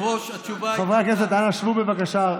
חברי הכנסת, אנא שבו, בבקשה.